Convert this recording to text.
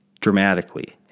dramatically